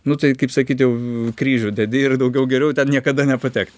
nu tai kaip sakyt jau kryžių dedi ir daugiau geriau ten niekada nepatekt